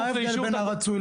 מה ההבדל בין הרצוי למצוי?